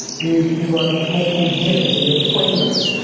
you you run multiple gyms and you have trainers,